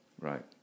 Right